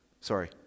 sorry